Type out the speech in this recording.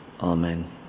Amen